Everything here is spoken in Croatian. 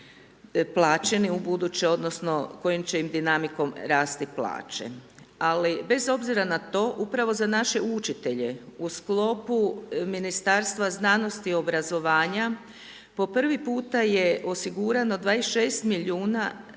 plaćeni ubuduće odnosno kojim će im dinamikom rasti plaće. Ali bez obzira na to upravo za naše učitelje, u sklopu Ministarstva znanosti i obrazovanja, po prvi puta je osigurano 26 milijuna